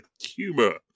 humor